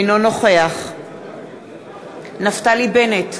אינו נוכח נפתלי בנט,